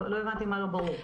לא הבנתי מה לא ברור.